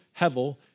Hevel